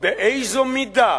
באיזו מידה